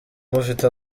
mufite